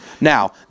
Now